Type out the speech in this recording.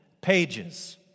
pages